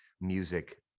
music